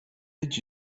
did